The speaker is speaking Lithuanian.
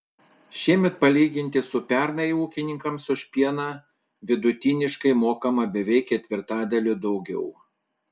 šiemet palyginti su pernai ūkininkams už pieną vidutiniškai mokama beveik ketvirtadaliu daugiau